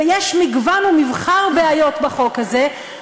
ויש מגוון ומבחר בעיות בחוק הזה,